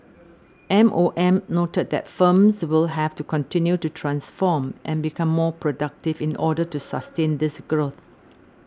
M O M noted that firms will have to continue to transform and become more productive in order to sustain this growth